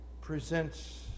presents